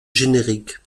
générique